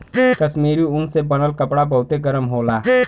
कश्मीरी ऊन से बनल कपड़ा बहुते गरम होला